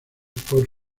por